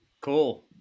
Cool